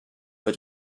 wird